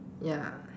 ya